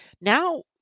now